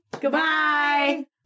Goodbye